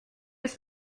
ist